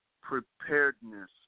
preparedness